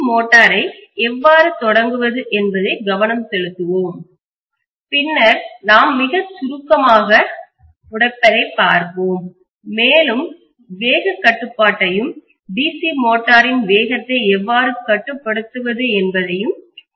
மோட்டாரை எவ்வாறு தொடங்குவது என்பதில் கவனம் செலுத்துவோம் பின்னர் நாம் மிகச் சுருக்கமாக உடைப்பதைப் பார்ப்போம் மேலும் வேகக் கட்டுப்பாட்டையும் டிசி மோட்டரின் வேகத்தை எவ்வாறு கட்டுப்படுத்துவது என்பதையும் பார்ப்போம்